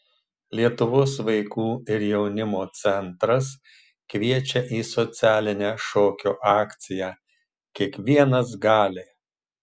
lietuvos vaikų ir jaunimo centras kviečia į socialinę šokio akciją kiekvienas gali